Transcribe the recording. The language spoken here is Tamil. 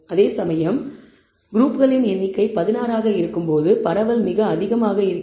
அதேசமயம் குழுக்களின் எண்ணிக்கை 16 ஆக இருக்கும்போது பரவல் மிக அதிகமாக இருக்கும்